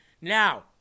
Now